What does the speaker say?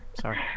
Sorry